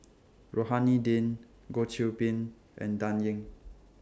Rohani Din Goh Qiu Bin and Dan Ying